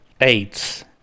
Aids